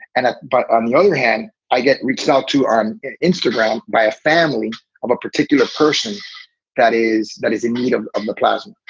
and ah but on the other hand, i get reached out to instagram by a family of a particular person that is that is in need of um the plasma.